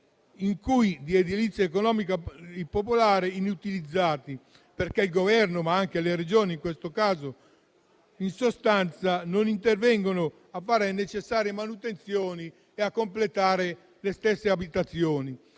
alloggi di edilizia economica popolare inutilizzati perché il Governo, ma anche le Regioni in questo caso, non intervengono a fare le necessarie manutenzioni e a completare le stesse abitazioni.